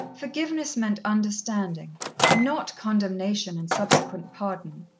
forgiveness meant understanding not condemnation and subsequent pardon.